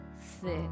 Thick